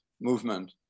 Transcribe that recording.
movement